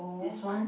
this one